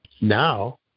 Now